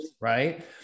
right